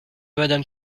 madame